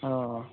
ꯑꯣ